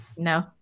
No